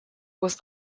was